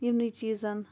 یمنے چیٖزَن